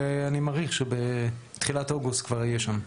ואני מעריך שבתחילת אוגוסט כבר יהיה שם.